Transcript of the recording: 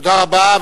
תודה רבה.